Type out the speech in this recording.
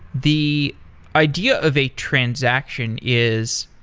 the idea of a transaction is,